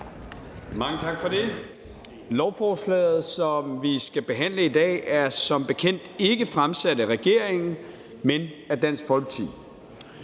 Mange tak for det. Lovforslaget, som vi skal behandle i dag, er som bekendt ikke fremsat af regeringen, men af Dansk Folkeparti.